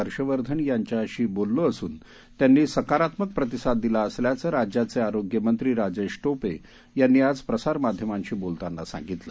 हर्षवर्धन यांच्या बोललो असून त्यांनी सकारात्मक प्रतिसाद दिला असल्याचं राज्याचे आरोग्य मंत्री राजेश टोपे यांनी आज प्रसार माध्यमांशी बोलतांना सांगितलं